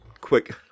quick